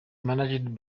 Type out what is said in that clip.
managed